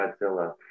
Godzilla